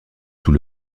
sous